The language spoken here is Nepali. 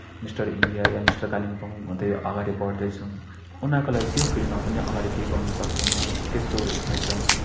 मिस्टर इन्डिया या मिस्टर कालिम्पोङ हुँदै अगाडि बढ्दै जाउँ उनीहरूको लागि त्यो फिल्डमा पनि अगाडि केही गर्न सकुँ म त्यस्तो इच्छा छ